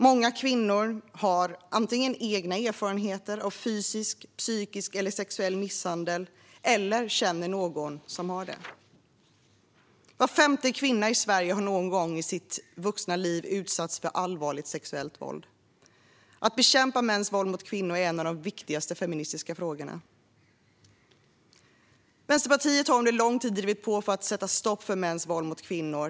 Många kvinnor har antingen egna erfarenheter av fysisk, psykisk eller sexuell misshandel eller känner någon som har det. Var femte vuxen kvinna i Sverige har någon gång i sitt liv utsatts för allvarligt sexuellt våld. Att bekämpa mäns våld mot kvinnor är en av de viktigaste feministiska frågorna. Vänsterpartiet har under lång tid drivit på för att sätta stopp för mäns våld mot kvinnor.